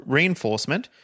Reinforcement